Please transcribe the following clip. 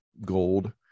gold